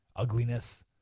ugliness